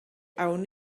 awn